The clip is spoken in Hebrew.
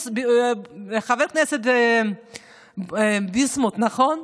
חבר הכנסת ביסמוט, נכון?